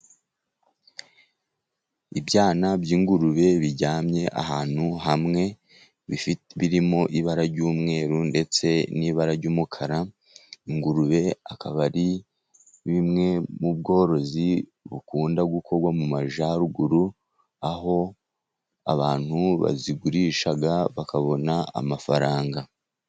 Ibyana by'ingurube biryamye ahantu hamwe, birimo ibara ry'umweru ndetse n'ibara ry'umukara, ingurube akaba ari bimwe mu bworozi bukunda gukorwa mu Majyaruguru, aho abantu bazigurisha bakabona amafaranga.